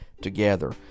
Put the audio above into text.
together